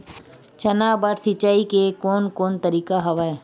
चना बर सिंचाई के कोन कोन तरीका हवय?